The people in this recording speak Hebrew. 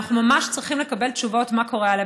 ואנחנו ממש צריכים לקבל תשובות מה קורה הלאה.